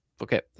okay